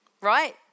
Right